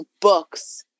books